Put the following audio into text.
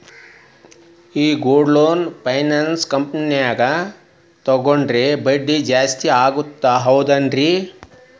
ಈ gold loan finance ಕಂಪನ್ಯಾಗ ತಗೊಂಡ್ರೆ ಬಡ್ಡಿ ಜಾಸ್ತಿ ಅಂತಾರ ಹೌದೇನ್ರಿ?